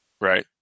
Right